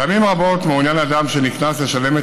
פעמים רבות מעוניין אדם שנקנס לשלם את